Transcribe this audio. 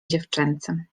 dziewczęcym